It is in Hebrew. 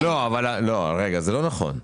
לא נכון.